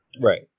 right